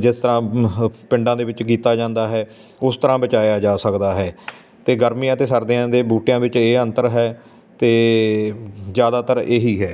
ਜਿਸ ਤਰ੍ਹਾਂ ਮਹ ਪਿੰਡਾਂ ਦੇ ਵਿੱਚ ਕੀਤਾ ਜਾਂਦਾ ਹੈ ਉਸ ਤਰ੍ਹਾਂ ਬਚਾਇਆ ਜਾ ਸਕਦਾ ਹੈ ਅਤੇ ਗਰਮੀਆਂ ਅਤੇ ਸਰਦੀਆਂ ਦੇ ਬੂਟਿਆਂ ਵਿੱਚ ਇਹ ਅੰਤਰ ਹੈ ਅਤੇ ਜ਼ਿਆਦਾਤਰ ਇਹੀ ਹੈ